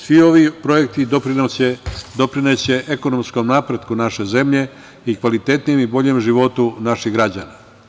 Svi ovi projekti doprineće ekonomskom napretku naše zemlje i kvalitetnijem i boljem životu naših građana.